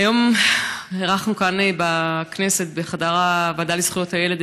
היום אירחנו כאן בכנסת בחדר הוועדה לזכויות הילד